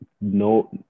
no